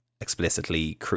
explicitly